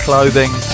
clothing